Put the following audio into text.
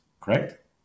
correct